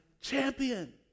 champion